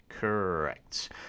correct